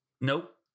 Nope